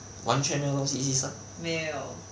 完全没有东西牺牲